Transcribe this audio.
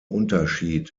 unterschied